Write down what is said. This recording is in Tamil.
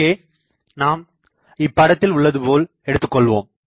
இங்கே நாம் இப்படத்தில் உள்ளதுபோல் எடுத்துக்கொள்வோம்